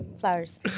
flowers